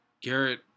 Garrett